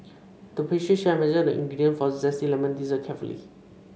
the pastry chef measured the ingredients for a zesty lemon dessert carefully